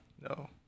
No